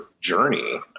journey